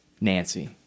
nancy